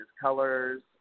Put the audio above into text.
colors